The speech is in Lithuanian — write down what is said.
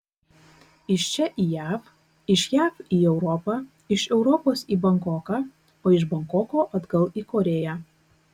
iš čia į jav iš jav į europą iš europos į bankoką o iš bankoko atgal į korėją